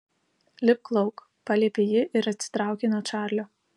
lipk lauk paliepė ji ir atsitraukė nuo čarlio